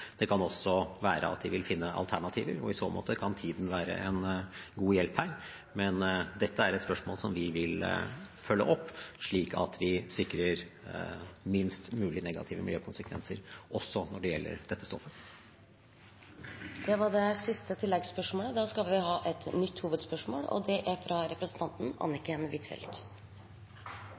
Det kan også være at de vil finne alternativer. I så måte kan tiden være en god hjelp her. Men dette er et spørsmål som vi vil følge opp, slik at vi sikrer minst mulig negative miljøkonsekvenser, også når det gjelder dette stoffet. Da går vi videre til neste hovedspørsmål. Jeg tror statsråd Helgesen kan gå og